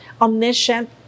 omniscient